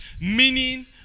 Meaning